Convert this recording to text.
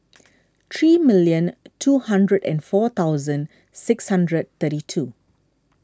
three million two hundred and four thousand six hundred thirty two